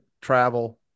travel